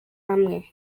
hamwe